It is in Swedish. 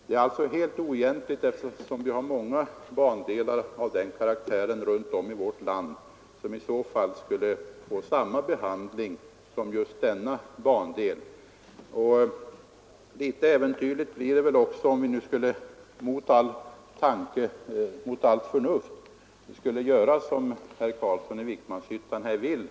Det finns många bandelar av den karaktären runt om i vårt land som i så fall skulle få samma behandling. Litet äventyrligt blir det väl också, om vi mot allt förnuft skulle göra som herr Carlsson i Vikmanshyttan vill.